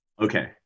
Okay